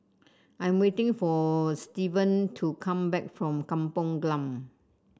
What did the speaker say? I'm waiting for Stevan to come back from Kampung Glam